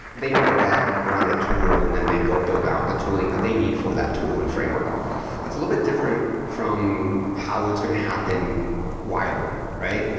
they make a bet around the tool and then they go build out the tooling that they need for that tool and framework that's a little bit different from how it's going to happen wider, right?